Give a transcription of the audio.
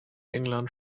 england